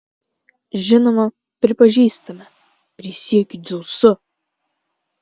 žinoma pripažįstame prisiekiu dzeusu